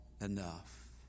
enough